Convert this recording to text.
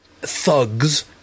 thugs